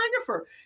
photographer